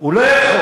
הוא לא יכול.